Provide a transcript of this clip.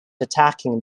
attacking